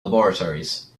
laboratories